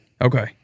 Okay